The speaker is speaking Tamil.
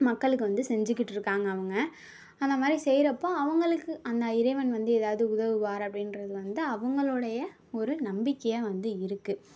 மக்களுக்கு வந்து செஞ்சிக்கிட்டிருக்காங்க அவங்க அந்தமாதிரி செய்கிறப்ப அவங்களுக்கு அந்த இறைவன் வந்து எதாவது உதவுவார் அப்படின்றது வந்து அவங்களோடைய ஒரு நம்பிக்கையாக வந்து இருக்குது